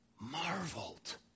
marveled